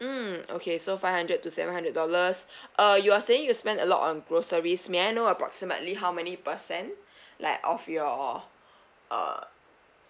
mm okay so five hundred to seven hundred dollars uh you are saying you to spend a lot on groceries may I know approximately how many percent like of your uh